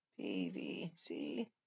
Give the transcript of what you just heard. PVC